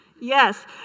Yes